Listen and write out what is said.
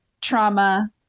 trauma